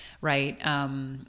right